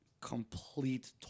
complete